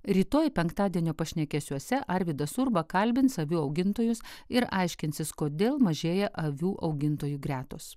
rytoj penktadienio pašnekesiuose arvydas urba kalbins avių augintojus ir aiškinsis kodėl mažėja avių augintojų gretos